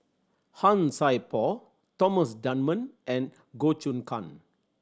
Han Sai Por Thomas Dunman and Goh Choon Kang